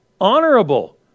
honorable